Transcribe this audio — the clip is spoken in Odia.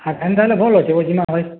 ସାଢ଼େ ତିନିଟା ହେଲେ ଭଲ୍ ଅଛେ ବୋ ଜିମା ହଏ